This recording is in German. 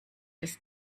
des